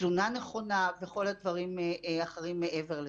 תזונה נכונה וכל הדברים האחרים מעבר לזה.